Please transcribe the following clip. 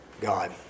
God